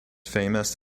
famous